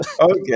Okay